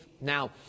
Now